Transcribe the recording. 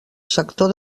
sector